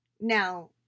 Now